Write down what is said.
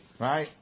Right